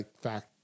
fact